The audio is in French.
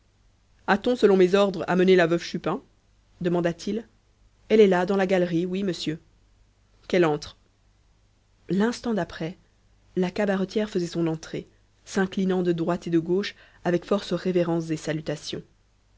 a-t-on selon mes ordres amené la veuve chupin demanda-t-il elle est là dans la galerie oui monsieur qu'elle entre l'instant d'après la cabaretière faisait son entrée s'inclinant de droite et de gauche avec force révérences et salutations